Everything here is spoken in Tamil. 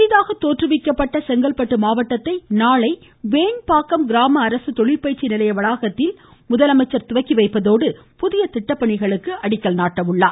புதிதாக தோற்றுவிக்கப்பட்ட செங்கல்பட்டு மாவட்டத்தை நாளை வேன்பாக்கம் கிராம அரசு தொழிற்பயிற்சி நிலைய வளாகத்தில் துவக்கி வைப்பதோடு புதிய திட்டப்பணிகளுக்கு அடிக்கல் நாட்ட உள்ளார்